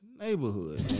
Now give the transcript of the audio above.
neighborhood